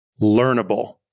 learnable